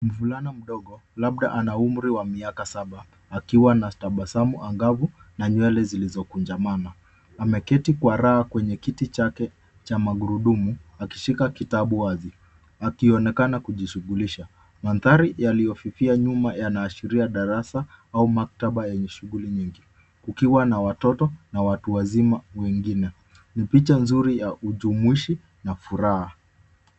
Mvulana mdogo, labda ana umri wa miaka saba akiwa na tabasamu angavu na nywele zilizokunjamana. Ameketi kwa raha kwenye kiti chake cha magurudumu, akishika kitabu wazi, akionekana kujishughulisha. Mandhari yaliyofifia nyuma yanaashiria darasa au maktaba yenye shughuli nyingi kukiwa na watoto na watu wazima wengine. Ni picha nzuri ya ujumuishi na furaha.